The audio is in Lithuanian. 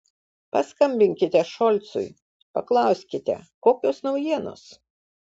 paskambinkite šolcui paklauskite kokios naujienos